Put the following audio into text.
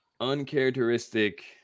Uncharacteristic